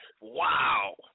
Wow